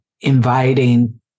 inviting